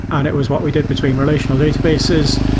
and it was what we did between relational databases.